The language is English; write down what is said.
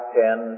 ten